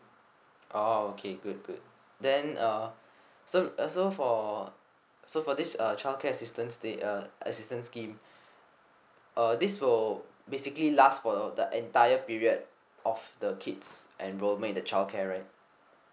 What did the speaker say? orh okay good good then uh so uh so for so for this uh childcare assistance the uh assistant scheme uh this will basically last for the entire period of the kids enrollment in the childcare right